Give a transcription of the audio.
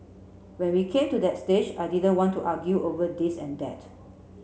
when we came to that stage I didn't want to argue over this and that